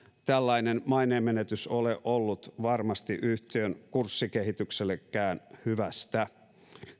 tällainen maineen menetys ole ollut varmasti yhtiön kurssikehityksellekään hyvästä